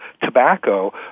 tobacco